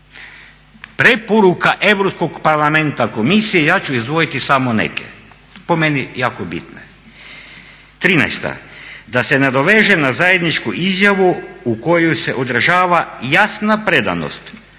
preporuka Europskog parlamenta Komisiji, ja ću izdvojiti samo neke po meni jako bitne. 13.da se nadoveže na zajedničku izjavu u kojoj se odražava jasna predanost